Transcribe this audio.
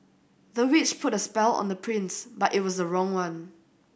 the witch put a spell on the prince but it was the wrong one